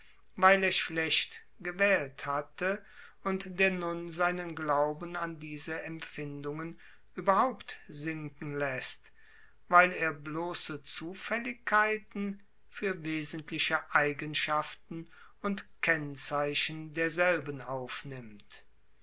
weil er schlecht gewählt hatte und der nun seinen glauben an diese empfindungen überhaupt sinken läßt weil er bloße zufälligkeiten für wesentliche eigenschaften und kennzeichen derselben aufnimmt